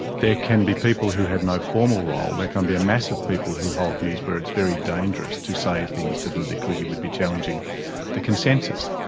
there can be people who have no formal role, there can be a mass of people who hold views where it's very dangerous to say things to them because you would be challenging the consensus.